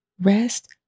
rest